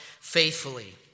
faithfully